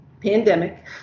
pandemic